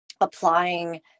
applying